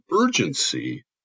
urgency